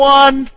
one